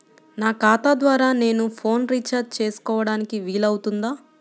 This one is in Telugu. నా ఖాతా ద్వారా నేను ఫోన్ రీఛార్జ్ చేసుకోవడానికి వీలు అవుతుందా?